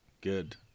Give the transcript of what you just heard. Good